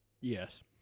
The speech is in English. Yes